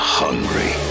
hungry